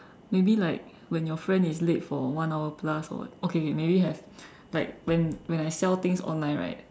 maybe like when your friend is late for one hour plus or what okay okay maybe have like when when I sell things online right